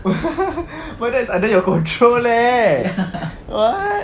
but that's under your control leh what